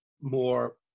more